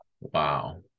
wow